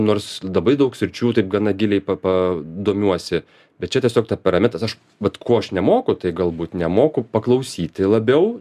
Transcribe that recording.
nors labai daug sričių taip gana giliai pa pa domiuosi bet čia tiesiog temperamentas aš vat ko aš nemoku tai galbūt nemoku paklausyti labiau